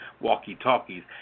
walkie-talkies